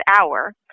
hour